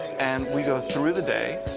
and we go through the day,